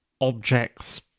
objects